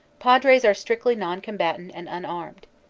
padres are strictly non-combatant and unarmed.